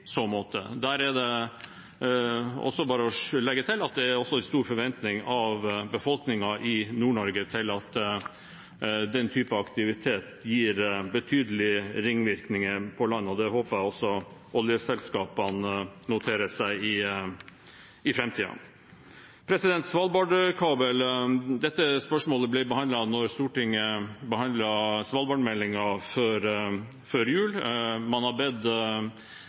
måte. Der er det bare å legge til at det også er en stor forventning hos befolkningen i Nord-Norge til at den type aktivitet gir betydelige ringvirkninger på land, og det håper jeg også oljeselskapene noterer seg i framtiden. Svalbardkabel: Dette spørsmålet ble behandlet da Stortinget behandlet Svalbardmeldingen før jul. Man har bedt